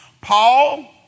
Paul